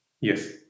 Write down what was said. Yes